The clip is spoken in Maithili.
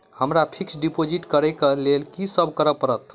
हमरा फिक्स डिपोजिट करऽ केँ लेल की सब करऽ पड़त?